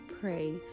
pray